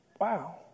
Wow